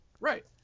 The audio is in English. Right